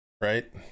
right